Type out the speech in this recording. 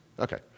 Okay